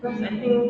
mm